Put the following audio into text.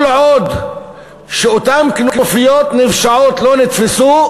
כל עוד אותן כנופיות נפשעות לא נתפסו,